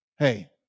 Hey